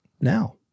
now